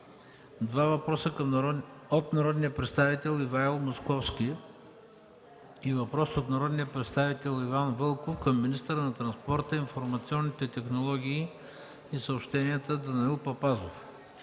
два въпроса от народния представител Ивайло Московски и въпрос от народния представител Иван Вълков към министъра на транспорта, информационните технологии и съобщенията Данаил Папазов;